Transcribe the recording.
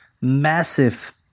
massive